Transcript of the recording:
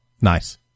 Nice